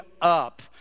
up